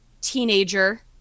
teenager